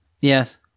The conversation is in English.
Yes